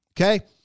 Okay